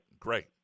great